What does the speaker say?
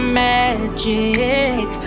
magic